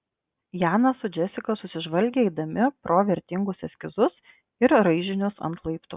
janas su džesika susižvalgė eidami pro vertingus eskizus ir raižinius ant laiptų